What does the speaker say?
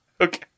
Okay